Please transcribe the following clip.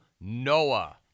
Noah